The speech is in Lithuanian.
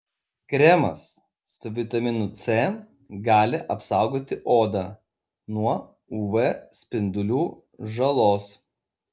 kremas su vitaminu c gali apsaugoti odą nuo uv spindulių žalos